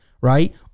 right